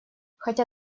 хотя